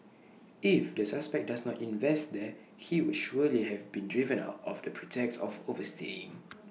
if the suspect does not invest there he would surely have been driven out of the pretext of overstaying